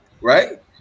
right